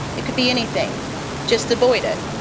it could be anything just avoid it.